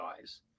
eyes